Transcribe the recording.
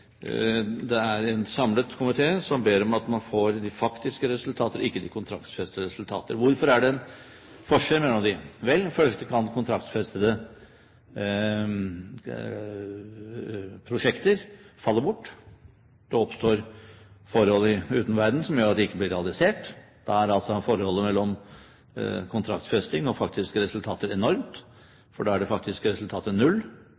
det er en samlet komité som ber om at man får de faktiske resultater og ikke de kontraktsfestede resultater. Hvorfor er det en forskjell mellom disse? Vel, for det første kan kontraktsfestede prosjekter falle bort. Det oppstår forhold i utenverdenen som gjør at de ikke blir realisert. Da er altså forholdet mellom kontraktsfesting og faktiske resultater enormt, for da er det faktiske resultatet null.